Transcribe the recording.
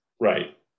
Right